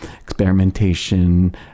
experimentation